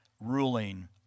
ruling